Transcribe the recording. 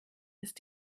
ist